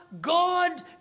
God